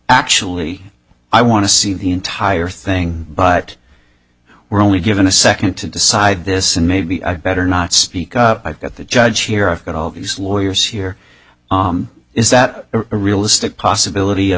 actually i want to see the entire thing but we're only given a second to decide this and maybe i better not speak i've got the judge here i've got all these lawyers here is that realistic possibility of